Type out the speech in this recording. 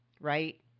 right